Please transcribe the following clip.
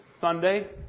Sunday